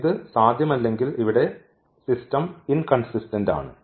ഇത് സാധ്യമല്ലെങ്കിൽ ഇവിടെ സിസ്റ്റം ഇൻകൺസിസ്റ്റന്റ് ആണ്